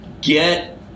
get –